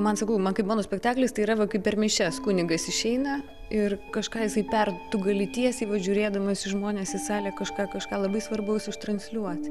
man sakau man kaip mono spektaklis tai yra kaip per mišias kunigas išeina ir kažką jisai per tu gali tiesiai žiūrėdamas į žmones į salę kažką kažką labai svarbaus iš transliuoti